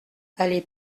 allée